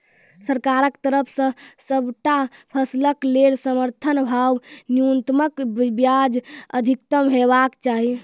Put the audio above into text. सरकारक तरफ सॅ सबटा फसलक लेल समर्थन भाव न्यूनतमक बजाय अधिकतम हेवाक चाही?